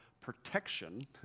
protection